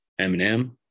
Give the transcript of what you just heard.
Eminem